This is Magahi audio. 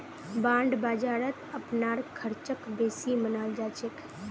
बांड बाजारत अपनार ख़र्चक बेसी मनाल जा छेक